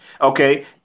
Okay